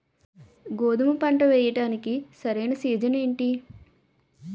గోధుమపంట వేయడానికి సరైన సీజన్ ఏంటి?